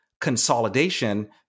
consolidation